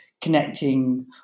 connecting